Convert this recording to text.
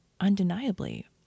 undeniably